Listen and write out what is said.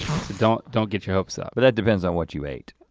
don't don't get your hopes up. but that depends on what you ate.